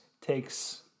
takes